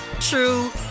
true